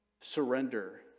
surrender